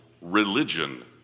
religion